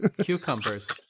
Cucumbers